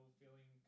feeling